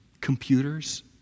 Computers